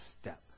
step